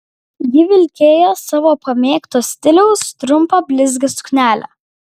ji vilkėjo savo pamėgto stiliaus trumpą blizgią suknelę